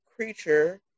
creature